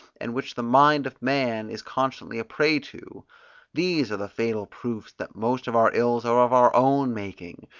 and which the mind of man is constantly a prey to these are the fatal proofs that most of our ills are of our own making,